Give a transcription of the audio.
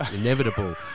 inevitable